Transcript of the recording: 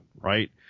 right